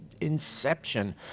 inception